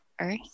earth